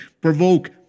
provoke